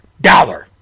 dollar